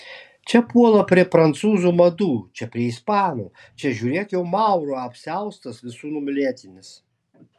čia puola prie prancūzų madų čia prie ispanų čia žiūrėk jau maurų apsiaustas visų numylėtinis